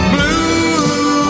Blue